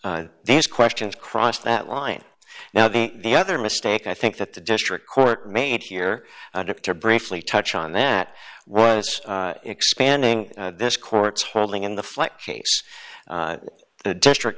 these questions cross that line now the the other mistake i think that the district court made here briefly touch on that was expanding this court's holding in the flight case the district